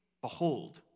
behold